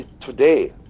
today